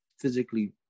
physically